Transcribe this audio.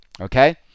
okay